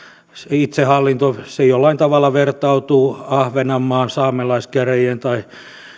itsehallinto se jollain tavalla vertautuu ahvenanmaan saamelaiskäräjien tai